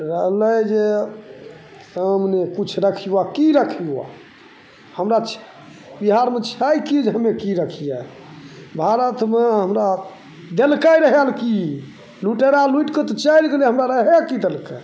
रहलै जे सामने किछु रखिअऽ कि रखिअऽ हमरा छै कि रखिअऽ बिहारमे छै कि जे हमे कि रखिए भारतमे हमरा देलकै रहै कि लुटेरा लुटिके तऽ चलि गेलै हमरा रहै कि देलकै